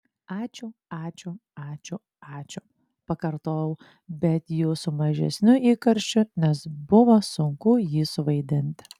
ačiū ačiū ačiū ačiū pakartojau bet jau su mažesniu įkarščiu nes buvo sunku jį suvaidinti